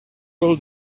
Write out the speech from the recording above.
will